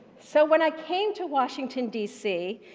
so when i came to washington, d c.